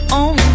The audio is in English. on